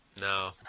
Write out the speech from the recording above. No